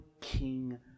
King